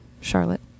Charlotte